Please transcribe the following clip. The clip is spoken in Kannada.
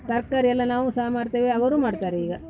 ತರಕಾರಿ ಎಲ್ಲ ನಾವು ಸಹ ಮಾಡ್ತೇವೆ ಅವರೂ ಮಾಡ್ತಾರೆ ಈಗ